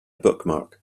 bookmark